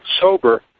sober